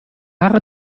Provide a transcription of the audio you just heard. haare